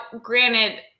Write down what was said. granted